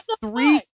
three